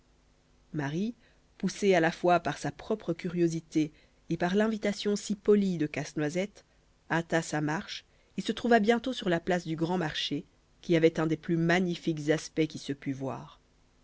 marie poussée à la fois par sa propre curiosité et par l'invitation si polie de casse-noisette hâta sa marche et se trouva bientôt sur la place du grand marché qui avait un des plus magnifiques aspects qui se pût voir